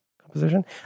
Composition